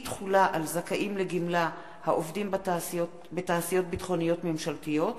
(אי-תחולה על זכאים לגמלה העובדים בתעשיות ביטחוניות ממשלתיות),